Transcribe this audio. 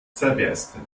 zerbersten